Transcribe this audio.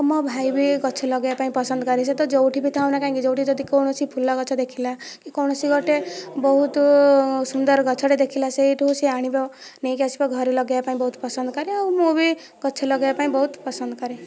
ମୋ ଭାଇ ବି ଗଛ ଲଗାଇବାପାଇଁ ପସନ୍ଦ କରେ ସେ ତ ଯେଉଁଠି ବି ଥାଉ ନା କାହିଁକି ଯେଉଁଠି ଯଦି କୌଣସି ଫୁଲଗଛ ଦେଖିଲା କି କୌଣସି ଗୋଟେ ବହୁତ ସୁନ୍ଦର ଗଛଟେ ଦେଖିଲା ସେଇଠୁ ସିଏ ଆଣିବ ନେଇକି ଆସିବ ଘରେ ଲଗେଇବାପାଇଁ ବହୁତ ପସନ୍ଦ କରେ ଆଉ ମୁଁ ବି ଗଛ ଲଗାଇବାପାଇଁ ବହୁତ ପସନ୍ଦ କରେ